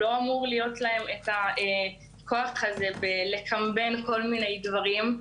לא אמור להיות להם את הכוח הזה בלקמבן כל מיני דברים.